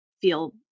feel